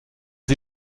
sie